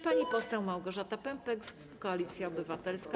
Pani poseł Małgorzata Pępek, Koalicja Obywatelska.